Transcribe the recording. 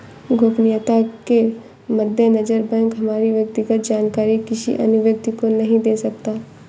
गोपनीयता के मद्देनजर बैंक हमारी व्यक्तिगत जानकारी किसी अन्य व्यक्ति को नहीं दे सकता